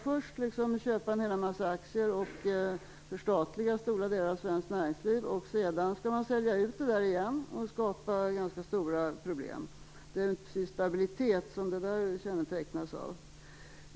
Först skall man köpa en massa aktier och förstatliga stora delar av svenskt näringsliv, och sedan skall man sälja ut dem igen. Det skapar ganska stora problem. Det kännetecknas inte precis av någon stabilitet.